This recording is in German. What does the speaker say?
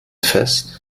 fest